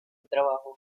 trabajo